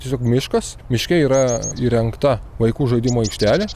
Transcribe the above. tiesiog miškas miške yra įrengta vaikų žaidimų aikštelė